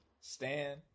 Stan